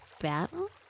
battle